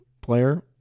player